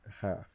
half